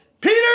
Peter